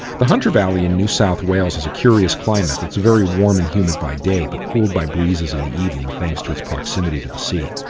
the hunter valley in new south wales has a curious climate that's very warm and humid by day but cooled by breezes in the evening thanks to its proximity to the sea.